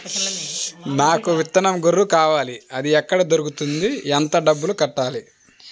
నాకు విత్తనం గొర్రు కావాలి? అది ఎక్కడ దొరుకుతుంది? ఎంత డబ్బులు కట్టాలి?